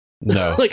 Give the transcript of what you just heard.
No